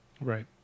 Right